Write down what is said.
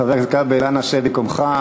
חבר הכנסת כבל, אנא שב במקומך.